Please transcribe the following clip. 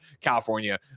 California